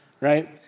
right